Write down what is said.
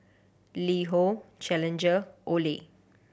LiHo Challenger Olay